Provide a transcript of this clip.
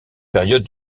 période